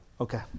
Okay